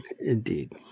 Indeed